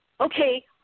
okay